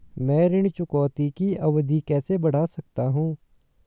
मैं ऋण चुकौती की अवधि कैसे बढ़ा सकता हूं?